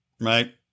right